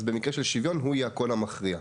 אז במקרה של שוויון הוא יהיה הקול המכריע.